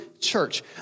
church